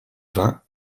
vingts